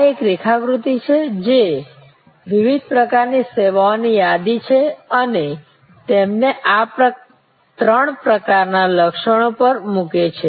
આ એક રેખાકૃતિ છે જે વિવિધ પ્રકારની સેવાઓની યાદી આપે છે અને તેમને આ ત્રણ પ્રકારના લક્ષણો પર મૂકે છે